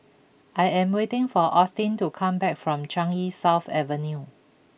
I am waiting for Austin to come back from Changi South Avenue